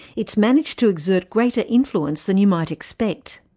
it's managed to exert greater influence than you might expect.